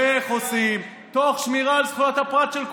ואיך עושים תוך שמירה על זכויות הפרט של כולם.